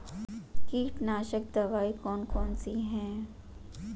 कीटनाशक दवाई कौन कौन सी हैं?